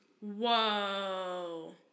Whoa